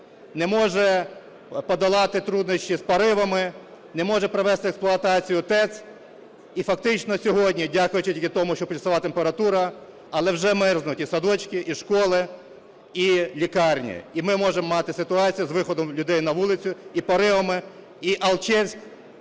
не може подолати труднощі з проривами, не може привести в експлуатацію ТЕЦ. І фактично сьогодні, дякуючи тільки тому, що плюсова температура, але вже мерзнуть і садочки, і школи, і лікарні, і ми можемо мати ситуацію з виходом людей на вулицю і проривами, і Алчевськ,